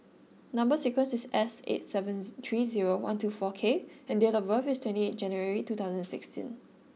number sequence is S eight seven three zero one two four K and date of birth is twenty eight January two thousand and sixteen